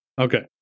Okay